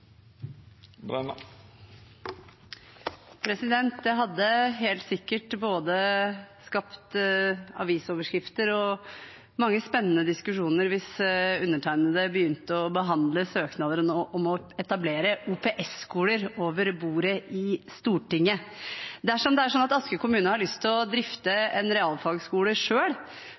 Det hadde helt sikkert både skapt avisoverskrifter og mange spennende diskusjoner hvis undertegnede begynte å behandle søknader om å etablere OPS-skoler over bordet i Stortinget. Dersom det er slik at Asker kommune har lyst til å drifte en